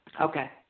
Okay